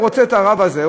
הוא רוצה את הרב הזה,